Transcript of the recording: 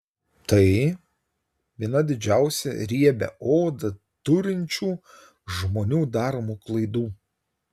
tai viena dažniausiai riebią odą turinčių žmonių daromų klaidų